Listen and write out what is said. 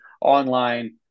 online